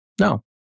No